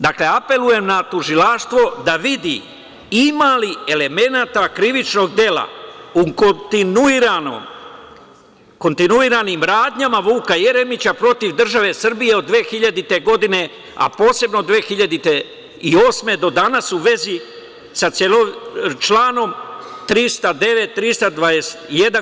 Dakle, apelujem na tužilaštvo da vidi ima li elemenata krivičnog dela u kontinuiranim radnjama Vuka Jeremića protiv države Srbije od 2000. godine, a posebno od 2008. godine do danas u vezi sa članom 309, 321.